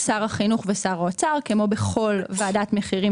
שר החינוך ושר האוצר כמו בכל ועדת מחירים